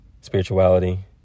spirituality